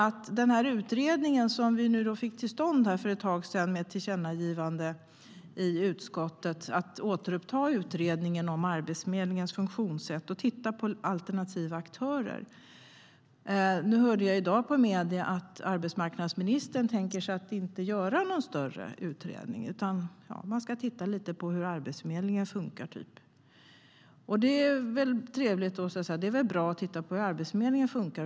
För ett tag sedan gjorde vi i utskottet ett tillkännagivande om att återuppta utredningen om Arbetsförmedlingens funktionssätt och titta på alternativa aktörer. Tråkigt nog fick jag i dag i medierna höra att arbetsmarknadsministern inte tänker sig någon större utredning. Man ska bara typ titta lite på hur Arbetsförmedlingen funkar. Visst, det är väl bra att titta på hur Arbetsförmedlingen funkar.